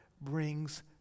brings